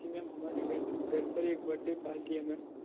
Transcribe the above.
जी ma'am हमारी गढ घर पर एक बर्थडे पार्टी है मैम